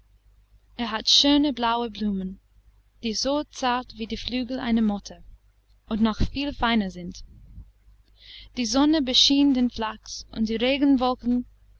er hat schöne blaue blumen die so zart wie die flügel einer motte und noch viel feiner sind die sonne beschien den flachs und die regenwolken